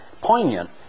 poignant